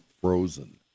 frozen